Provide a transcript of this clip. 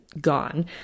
gone